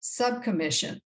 subcommission